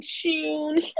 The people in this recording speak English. tune